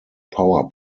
power